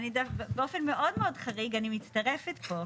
באופן מאוד חריג, אני מצטרפת פה.